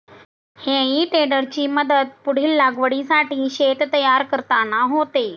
हेई टेडरची मदत पुढील लागवडीसाठी शेत तयार करताना होते